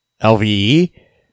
LVE